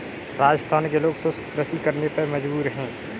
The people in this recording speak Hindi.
राजस्थान के लोग शुष्क कृषि करने पे मजबूर हैं